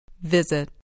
Visit